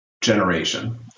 generation